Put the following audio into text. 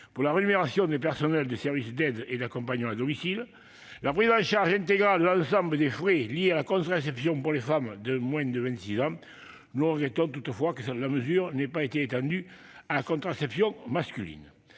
pour la rémunération des personnels des services d'aide et d'accompagnement à domicile, à la prise en charge intégrale de l'ensemble des frais liés à la contraception pour les femmes de moins de 26 ans, même si nous regrettons que la mesure n'ait pas été étendue à la contraception masculine.